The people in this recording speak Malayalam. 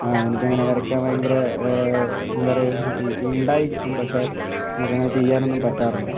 എനിക്കങ്ങനെ വരക്കാൻ ഭയങ്കര എന്താ പറയാ ഉണ്ടായിരിക്കും പക്ഷേ നമുക്കങ്ങനെ ചെയ്യാനൊന്നും പറ്റാറില്ല